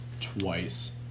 twice